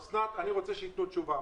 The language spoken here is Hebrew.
אסנת, אני רוצה שיתנו תשובה.